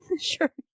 sure